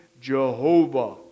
Jehovah